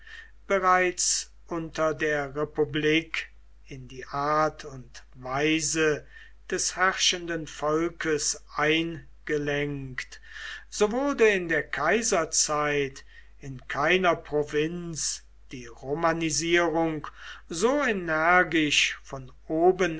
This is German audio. bereits unter der republik in die art und weise des herrschenden volkes eingelenkt so wurde in der kaiserzeit in keiner provinz die romanisierung so energisch von oben